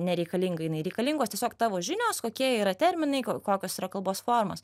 nereikalinga jinai reikalingos tiesiog tavo žinios kokie yra terminai kokios yra kalbos formos